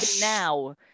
now